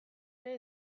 ere